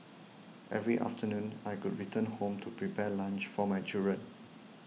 every afternoon I could return home to prepare lunch for my children